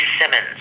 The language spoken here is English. Simmons